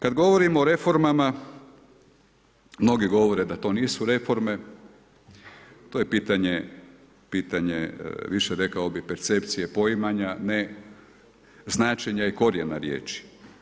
Kad govorimo o reformama, mnogi govore da to nisu reforme, to je pitanje više rekao bi percepcije poimanja ne značenja i korijena riječi.